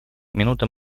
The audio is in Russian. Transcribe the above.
минута